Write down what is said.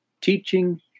Teaching